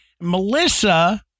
Melissa